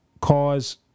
cause